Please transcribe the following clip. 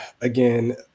again